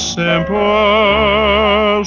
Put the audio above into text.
simple